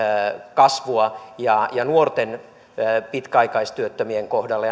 kasvua ja ja nuorten pitkäaikaistyöttömien kohdalla